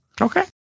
Okay